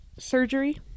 Surgery